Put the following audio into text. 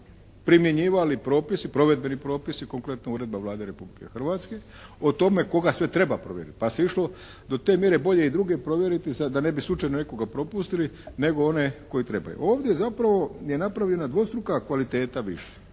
primjenjivali propisi, provedbeni propisi, kompletno uredba Vlade Republike Hrvatske o tome koga sve treba provjeriti. Pa se išlo do te mjere bolje i druge provjeriti da ne bi slučajno nekoga propustili nego one koji trebaju. Ovdje zapravo je napravljena dvostruka kvaliteta više